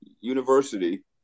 University